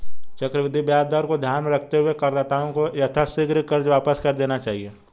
चक्रवृद्धि ब्याज दर को ध्यान में रखते हुए करदाताओं को यथाशीघ्र कर्ज वापस कर देना चाहिए